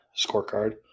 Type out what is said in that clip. scorecard